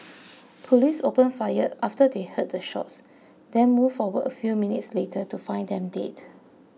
police opened fire after they heard the shots then moved forward a few minutes later to find them dead